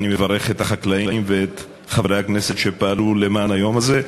אני מברך את החקלאים ואת חברי הכנסת שפעלו למען היום הזה.